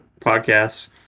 podcasts